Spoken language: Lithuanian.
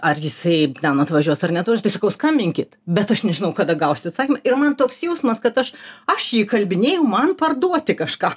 ar jisai ten atvažiuos ar neatvažiuos tai sakau skambinkit bet aš nežinau kada gausiu atsakymą ir man toks jausmas kad aš aš jį įkalbinėju man parduoti kažką